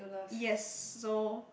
yes so